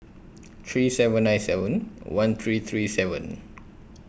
three seven nine seven one three three seven